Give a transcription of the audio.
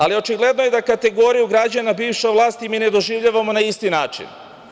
Ali, očigledno je da kategoriju građana bivša vlast i mi ne doživljavamo na isti način.